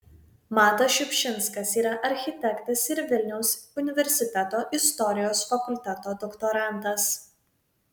matas šiupšinskas yra architektas ir vilniaus universiteto istorijos fakulteto doktorantas